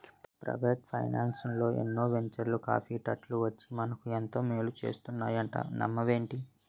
Private ఫైనాన్సల్లో ఎన్నో venture కాపిటల్లు వచ్చి మనకు ఎంతో మేలు చేస్తున్నాయంటే నమ్మవేంటి?